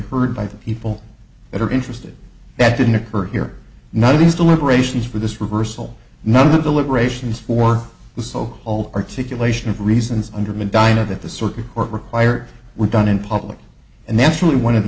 heard by the people that are interested that didn't occur here none of these deliberations for this reversal none of the deliberations for the so called articulation of reasons under medina that the circuit court required were done in public and that's really one of the